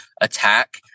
attack